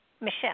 Michelle